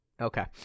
Okay